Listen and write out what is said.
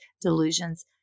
delusions